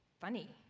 funny